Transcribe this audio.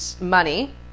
money